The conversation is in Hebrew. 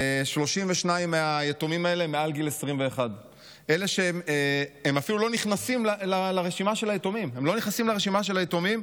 32 מהיתומים האלה הם מעל גיל 21. הם אפילו לא נכנסים לרשימה של היתומים.